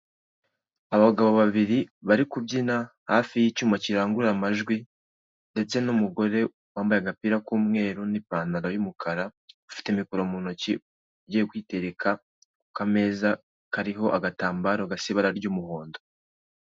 Abagabo bariri bari kubyina hafi y'icyuma kirangurura amajwi ndetse n'umugore wambaye agapira k'umweru n'ipantaro y'umukara, ufite mikoro ugiye kuyitereka ku kameza kariho agatambaro gafite ibara ry'umuhondo.